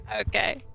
Okay